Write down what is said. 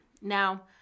now